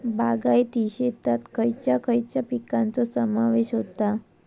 बागायती शेतात खयच्या खयच्या पिकांचो समावेश होता?